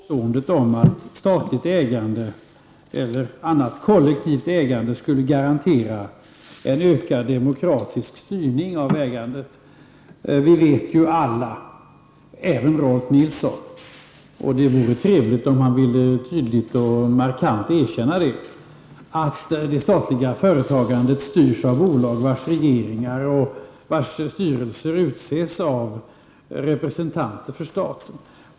Herr talman! Även det som Rolf L Nilsson nu sade förtjänar en replik. Jag avser påståendet att statligt annat eller annat kollektivt ägande skulle garantera en ökad demokratisk styrning av ägandet. Vi vet ju alla -- även Rolf L Nilsson, och det vore trevligt om han tydligt och markant ville erkänna det -- att statliga företags styrelser utses av representanter för staten.